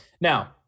Now